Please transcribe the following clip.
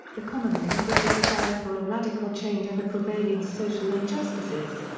the common link was the desire for a radical change in the prevailing social injustices.